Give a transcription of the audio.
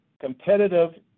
competitive